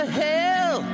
hell